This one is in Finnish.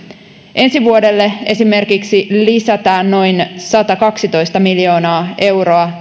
ensi vuodelle esimerkiksi lisätään noin satakaksitoista miljoonaa euroa